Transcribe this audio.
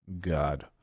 God